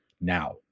now